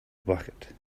bucket